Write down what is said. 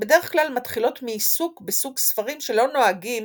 שבדרך כלל מתחילות מעיסוק בסוג ספרים שלא נוהגים